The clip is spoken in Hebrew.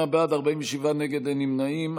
28 בעד, 47 נגד, אין נמנעים.